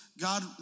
God